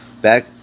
back